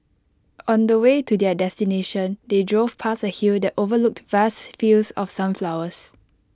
on the way to their destination they drove past A hill that overlooked vast fields of sunflowers